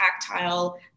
tactile